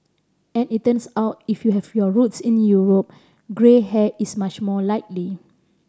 and it turns out if you have your roots in Europe grey hair is much more likely